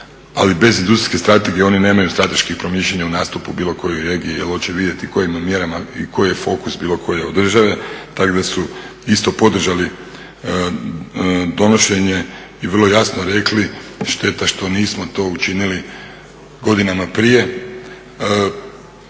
ali bez industrijske strategije oni nemaju strateških promišljanja u nastupu bilo koje regije jer hoće vidjeti kojim mjerama i koji je fokus bilo koje od države, tako da su isto podržali donošenje i vrlo jasno rekli, šteta što nismo to učinili godinama prije.